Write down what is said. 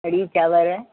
कढ़ी चांवर